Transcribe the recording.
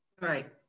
right